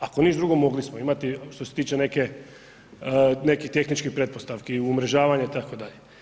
Ako ništa drugo, mogli smo imati što se tiče neke, nekih tehničkih pretpostavki, umrežavanja, itd.